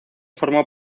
formó